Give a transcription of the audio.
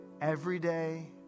Everyday